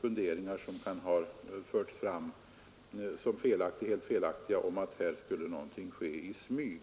funderingar som förts fram om att här skulle ha skett någonting i smyg.